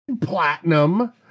Platinum